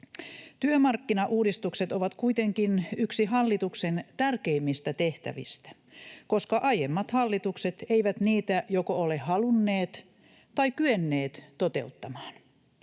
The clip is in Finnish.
Työmarkkinauudistukset ovat kuitenkin yksi hallituksen tärkeimmistä tehtävistä, koska aiemmat hallitukset eivät niitä joko ole halunneet tai kyenneet toteuttamaan.